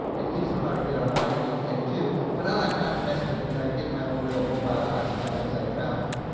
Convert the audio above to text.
and kids know how to get online and you can too, but i like not to mess with it and i get my own little mobile hotspot as i travel.